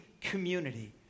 community